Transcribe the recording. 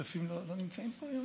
שאר השותפים לא נמצאים פה היום?